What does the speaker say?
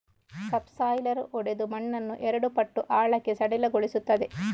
subsoiler ಒಡೆದು ಮಣ್ಣನ್ನು ಎರಡು ಪಟ್ಟು ಆಳಕ್ಕೆ ಸಡಿಲಗೊಳಿಸುತ್ತದೆ